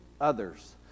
others